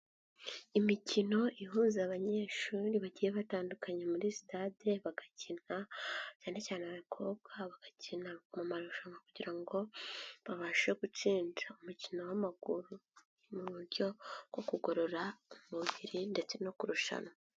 Imikino ihuza abanyeshuri bagiye batandukanye muri sitade bagakina cyane cyane abakobwa, bakina mu marushanwa kugira ngo babashe gutsinda umukino w'amaguru mu buryo bwo kugorora umubiri ndetse no kurushanwa.